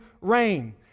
rain